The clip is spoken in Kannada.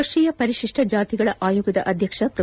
ರಾಷ್ಟ್ರೀಯ ಪರಿಶಿಷ್ಟ ಜಾತಿಗಳ ಆಯೋಗದ ಅಧ್ಯಕ್ಷ ಪ್ರೋ